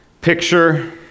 picture